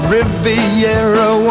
Riviera